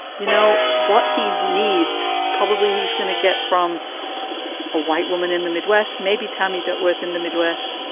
you know what he needs, probably he's going to get from a white woman in the midwest. maybe tammy duckworth in the midwest.